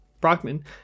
Brockman